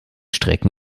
strecken